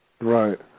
right